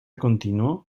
continuó